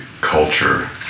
culture